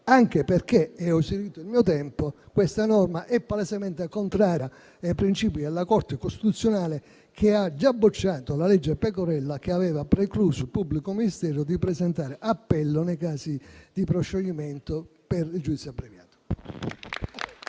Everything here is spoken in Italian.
anche perché questa norma è palesemente contraria ai principi della Corte costituzionale, che ha già bocciato la legge Pecorella, che aveva precluso al pubblico ministero la possibilità di presentare appello nei casi di proscioglimento per giudizio abbreviato.